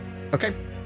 okay